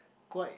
quite